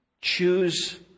choose